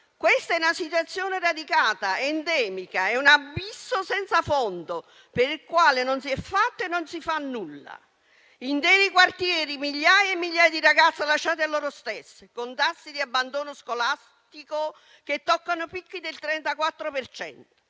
questa è una situazione radicata, endemica; è un abisso senza fondo, per il quale non si è fatto e non si fa nulla. Interi quartieri e migliaia e migliaia di ragazzi lasciati a loro stessi, con tassi di abbandono scolastico che toccano picchi del 34